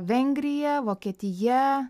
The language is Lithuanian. vengrija vokietija